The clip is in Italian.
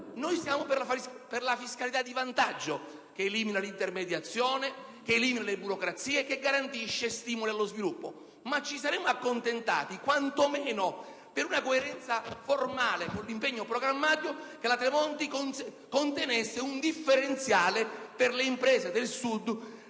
Noi siamo per la fiscalità di vantaggio che elimina l'intermediazione e le burocrazie e garantisce stimoli allo sviluppo. Ci saremmo accontentati, quantomeno per una coerenza formale con l'impegno programmatico, se il cosiddetto Tremonti-*ter* avesse contenuto un differenziale per le imprese del Sud